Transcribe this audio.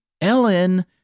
Ellen